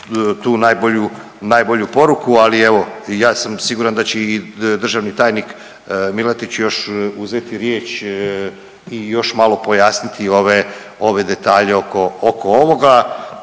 tu najbolju poruku. Ali evo i ja sam siguran da će i državni tajnik Milatić još uzeti riječ i još malo pojasniti ove detalje oko ovoga.